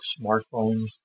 smartphones